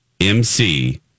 MC